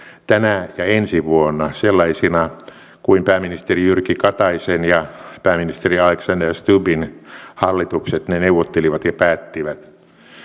tänä ja ensi vuonna sellaisina kuin pääministeri jyrki kataisen ja pääministeri alexander stubbin hallitukset ne neuvottelivat ja päättivät